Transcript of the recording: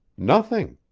nothing.